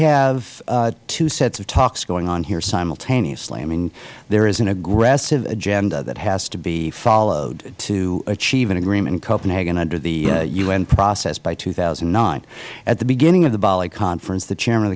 have two sets of talks going on here simultaneously i mean there is an aggressive agenda that has to be followed to achieve an agreement in copenhagen under the u n process by two thousand and nine at the beginning of the bali conference the chairman